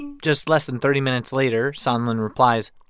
and just less than thirty minutes later, sondland replies,